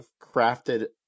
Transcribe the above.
crafted